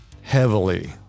heavily